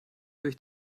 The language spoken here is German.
durch